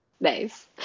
Nice